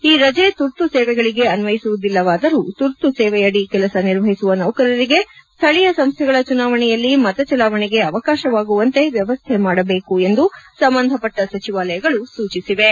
ಈ ರಜೆ ತುರ್ತು ಸೇವೆಗಳಿಗೆ ಅನ್ವಯಿಸುವುದಿಲ್ಲವಾದರೂ ತುರ್ತು ಸೇವೆಯಡಿ ಕೆಲಸ ನಿರ್ವಹಿಸುವ ನೌಕರರಿಗೆ ಸ್ವಳೀಯ ಸಂಸ್ವೆಗಳ ಚುನಾವಣೆಯಲ್ಲಿ ಮತ ಚಲಾವಣೆಗೆ ಅವಕಾಶವಾಗುವಂತೆ ವ್ವವಸ್ಥೆ ಮಾಡಬೇಕು ಎಂದು ಸಂಬಂಧಪಟ್ಟ ಸಚಿವಾಲಯಗಳು ಸೂಚಿಸಿವೆ